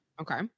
Okay